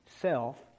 self